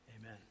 amen